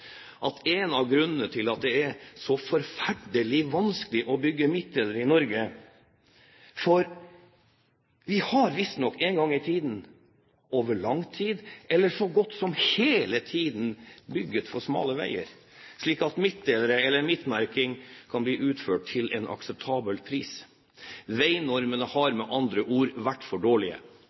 at en av grunnene til at det er så «forferdelig vanskelig» å bygge midtdelere i Norge, er at vi visstnok en gang i tiden, over lang tid, eller så godt som hele tiden, har bygd for smale veier til at midtdelere, eller midtmerking, kan bli utført til en akseptabel pris. Veinormene har med andre ord vært for dårlige.